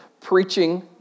preaching